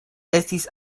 estis